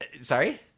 Sorry